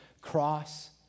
cross